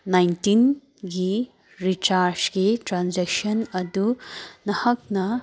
ꯅꯥꯏꯟꯇꯤꯟꯒꯤ ꯔꯤꯆꯥꯔꯖꯒꯤ ꯇ꯭ꯔꯥꯟꯖꯦꯛꯁꯟ ꯑꯗꯨ ꯅꯍꯥꯛꯅ